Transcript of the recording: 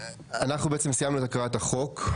אנחנו בעצם סיימנו את הקראת החוק.